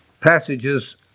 passages